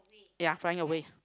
ya flying away